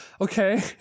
okay